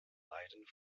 leiden